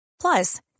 Plus